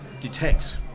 detect